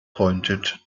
pointed